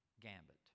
gambit